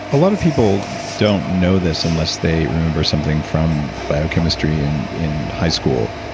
a lot of people don't know this unless they remember something from biochemistry in in high school,